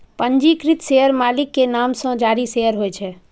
पंजीकृत शेयर मालिक के नाम सं जारी शेयर होइ छै